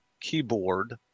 keyboard